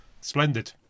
Splendid